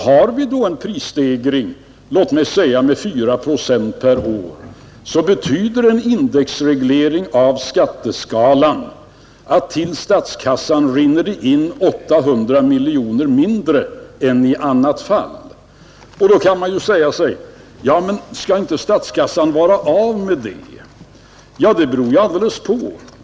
Har vi då en prisstegring med, låt mig säga, 4 procent per år, betyder en indexreglering av skatteskalan att det till statskassan rinner in 800 miljoner mindre än i annat fall. Men kan inte statskassan vara av med dessa pengar? Ja, det beror alldeles på!